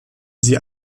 sie